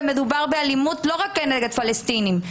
ומדובר באלימות לא רק נגד פלסטינים,